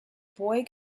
boy